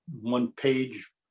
one-page